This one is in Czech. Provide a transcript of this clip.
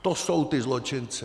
To jsou ti zločinci.